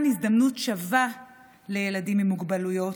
הזדמנות שווה לילדים עם מוגבלויות,